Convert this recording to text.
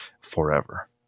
forever